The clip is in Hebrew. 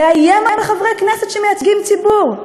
לאיים על חברי כנסת שמייצגים ציבור,